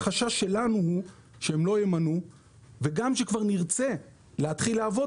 החשש שלנו הוא שהם לא ימנו וגם כשכבר נרצה להתחיל לעבוד,